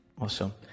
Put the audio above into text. Awesome